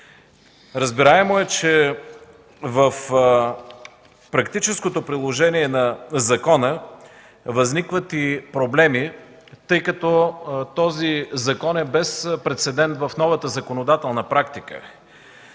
Разбираемо е, че в практическото приложение на закона възникват и проблеми, тъй като този закон е без прецедент в новата законодателна практика.